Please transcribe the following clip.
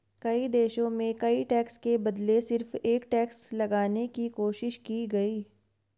कई देशों में कई टैक्स के बदले सिर्फ एक टैक्स लगाने की कोशिश की गयी